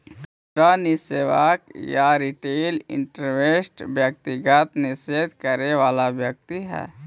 खुदरा निवेशक या रिटेल इन्वेस्टर व्यक्तिगत निवेश करे वाला व्यक्ति हइ